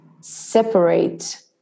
separate